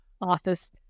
office